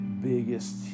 biggest